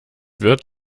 wird